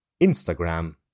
Instagram